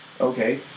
Okay